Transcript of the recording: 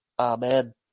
Amen